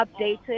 updated